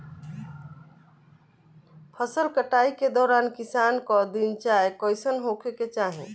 फसल कटाई के दौरान किसान क दिनचर्या कईसन होखे के चाही?